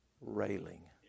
Railing